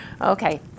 Okay